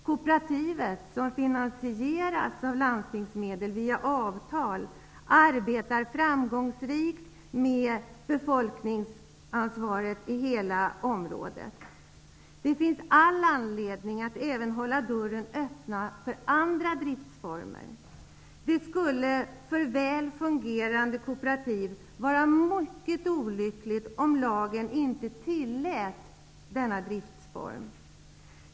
Kooperativet, som finansieras med landstingsmedel via avtal, arbetar framgångsrikt med befolkningsansvaret i hela området. Det finns all anledning att hålla dörren öppen även för andra driftsformer. Det skulle för väl fungerande kooperativ vara mycket olyckligt om lagen inte tillät denna driftsform.